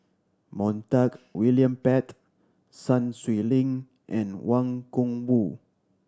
Montague William Pett Sun Xueling and Wang Gungwu